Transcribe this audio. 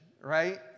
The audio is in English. right